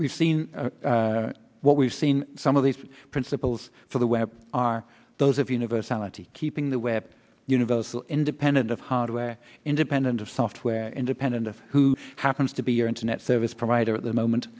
we've seen what we've seen some of these principles for the web are those of university keeping the web universal independent of hardware independent of software independent of who happens to be your internet service provider at the moment